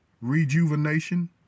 rejuvenation